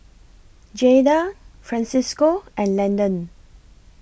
Jaida Francisco and Landen